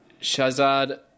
Shazad